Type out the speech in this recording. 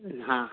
हा